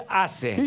hace